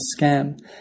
scam